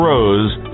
Rose